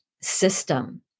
system